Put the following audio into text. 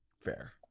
Fair